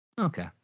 Okay